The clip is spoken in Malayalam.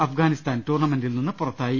അഫ്ഗാനിസ്ഥാൻ ടൂർണമെന്റിൽ നിന്ന് പുറത്തായി